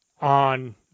on